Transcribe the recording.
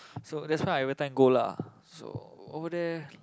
so that's why I every time go lah so over there